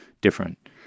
different